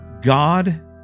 God